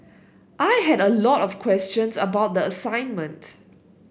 I had a lot of questions about the assignment